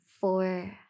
four